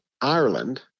ireland